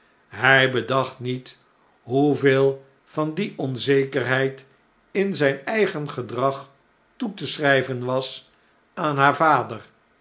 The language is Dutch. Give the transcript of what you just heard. hjj bedacht niet hoeveel van de onzekerheid in zjn eigen gedrag toe te schryven was aan haar vader